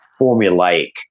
formulaic